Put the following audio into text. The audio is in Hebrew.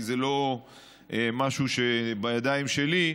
כי זה לא משהו שבידיים שלי.